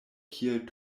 kiel